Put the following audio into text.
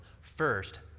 First